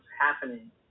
happening